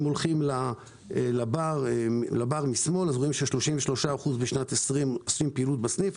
אם הולכים לעמודה משמאל רואים ש-33% בשנת 2020 עושים פעילות בסניף.